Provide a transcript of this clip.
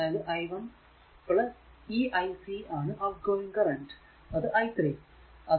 അതായതു i1 ഈ ic ആണ് ഔട്ട്ഗോയിംഗ് കറന്റ് i3